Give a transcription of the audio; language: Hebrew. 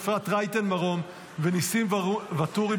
אפרת רייטן מרום וניסים ואטורי,